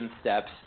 steps